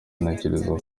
ntekereza